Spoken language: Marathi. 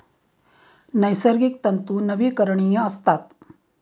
नैसर्गिक तंतू नवीकरणीय असतात